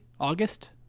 August